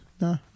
No